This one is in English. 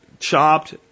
chopped